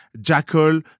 jackal